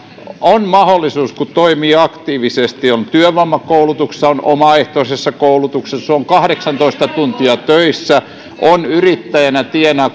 on mahdollisuus kun toimii aktiivisesti on työvoimakoulutuksessa on omaehtoisessa koulutuksessa on kahdeksantoista tuntia töissä on yrittäjänä tienaa